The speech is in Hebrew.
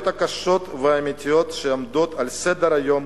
הקשות והאמיתיות שעומדות על סדר-היום